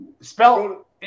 spell